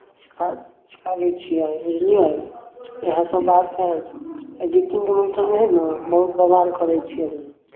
सिखा सिखा दै छियै बुझलियै इएहसभ बात हए एडिटिंगके मैटरमे हए ने बहुत बवाल कऽ दै छियै हम